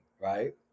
right